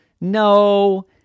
No